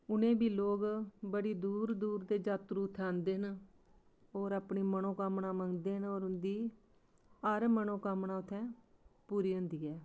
उ'नें गी बी लोग बड़ी दूर दूर दे जात्तरू उत्थै औंदे न और अपनी मनोकामना मंग्गदे न और उं'दी हर मनोकामना उत्थै पूरी होंदी ऐ